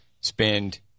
spend